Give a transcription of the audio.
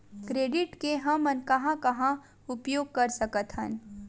Credit के हमन कहां कहा उपयोग कर सकत हन?